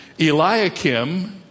Eliakim